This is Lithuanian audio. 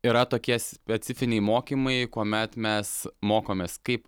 yra tokie specifiniai mokymai kuomet mes mokomės kaip